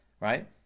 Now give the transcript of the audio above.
right